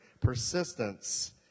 Persistence